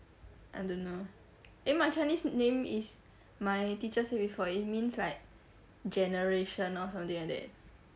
I don't know eh my chinese name is my teacher say before it means like generation or something like that